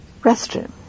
restroom